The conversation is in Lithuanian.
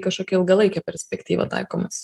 kažkokia ilgalaike perspektyva taikomas